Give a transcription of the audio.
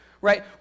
Right